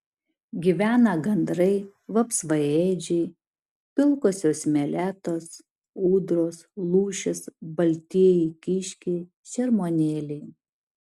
gyvena gandrai vapsvaėdžiai pilkosios meletos ūdros lūšys baltieji kiškiai šermuonėliai